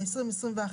(13)